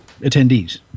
attendees